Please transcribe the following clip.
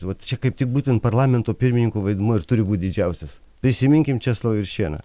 vat čia kaip tik būtent parlamento pirmininko vaidmuo ir turi būt didžiausias prisiminkim česlovą juršėną